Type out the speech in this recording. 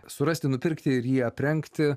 surasti nupirkti ir jį aprengti